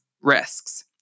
risks